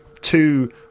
two